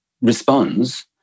responds